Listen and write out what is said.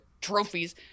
trophies